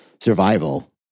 survival